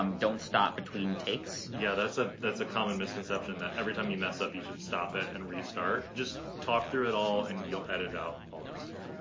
um don't stop between takes. yeah that's ah that's a common misconception that every time you mess up, you should stop it and restart. just talk through it all, and you'll edit out all the mistakes.